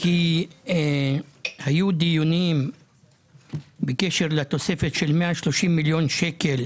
כי היו דיונים בקשר לתוספת של 130 מיליון שקל